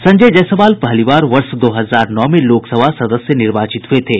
संजय जायसवाल पहली बार वर्ष दो हजार नौ में लोकसभा सदस्य निर्वाचित हये थे